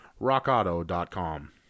rockauto.com